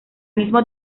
mismo